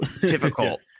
difficult